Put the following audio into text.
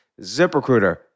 ZipRecruiter